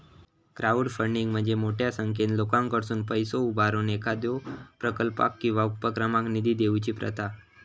crowdfunding म्हणजे मोठ्यो संख्येन लोकांकडसुन पैसा उभारून एखाद्यो प्रकल्पाक किंवा उपक्रमाक निधी देऊची प्रथा